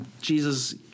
Jesus